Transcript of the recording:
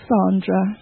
Sandra